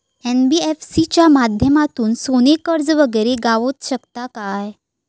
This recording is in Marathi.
एन.बी.एफ.सी च्या माध्यमातून सोने कर्ज वगैरे गावात शकता काय?